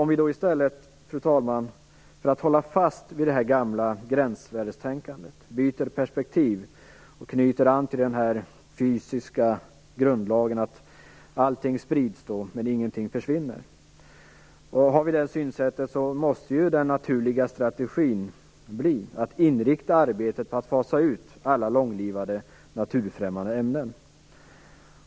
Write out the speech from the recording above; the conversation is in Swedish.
Om vi i stället för att hålla fast vid detta gamla gränsvärdestänkande byter perspektiv och knyter an till den fysiska grundlagen att allt sprids men ingenting försvinner, måste den naturliga strategin bli att inrikta arbetet på att fasa ut alla långlivade naturfrämmande ämnen.